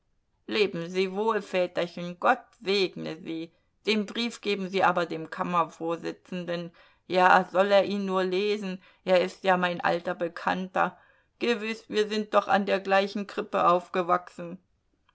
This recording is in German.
leben sie wohl väterchen gott segne sie den brief geben sie aber dem kammervorsitzenden ja soll er ihn nur lesen er ist ja mein alter bekannter gewiß wir sind doch an der gleichen krippe aufgewachsen